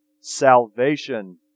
salvation